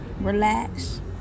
relax